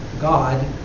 God